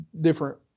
different